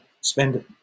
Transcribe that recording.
spend